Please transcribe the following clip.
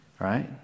Right